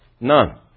None